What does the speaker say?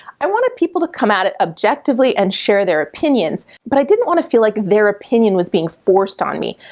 i wanted people to come at it objectively and share their opinions but i didn't want to feel like their opinion was being forced on me.